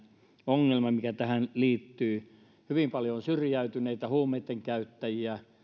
ongelma mikä tähän liittyy hyvin paljon on syrjäytyneitä ja huumeitten käyttäjiä